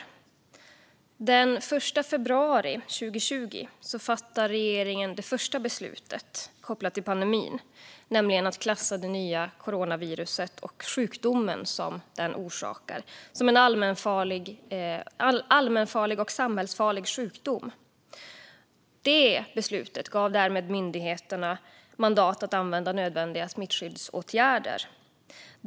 Gransknings-betänkande våren 2021Regeringens hantering av coronapandemin Den 1 februari 2020 fattade regeringen det första beslutet kopplat till pandemin, nämligen att klassa det nya coronaviruset och sjukdomen den orsakar som en allmänfarlig och samhällsfarlig sjukdom. Detta beslut gav därmed myndigheterna mandat att använda nödvändiga smittskyddsåtgärder.